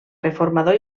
reformador